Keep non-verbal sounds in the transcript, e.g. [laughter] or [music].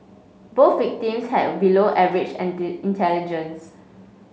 both victims have below average [unintelligible] intelligence